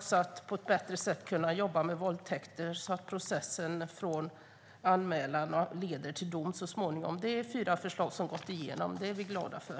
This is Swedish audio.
samt att man på ett bättre sätt ska kunna jobba med våldtäktsfrågor så att processen från anmälan så småningom leder till dom. Det är fyra förslag som gått igenom, och det är vi glada för.